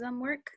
work